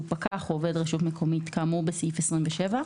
פקח או עובד רשות מקומית כאמור בסעיף 27,